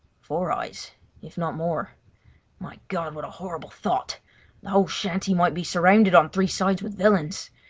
four eyes if not more my god, what a horrible thought! the whole shanty might be surrounded on three sides with villains!